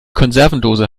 konservendose